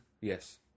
Yes